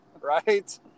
right